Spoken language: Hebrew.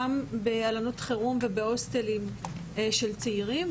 גם בהלנות חירום ובהוסטלים של צעירים,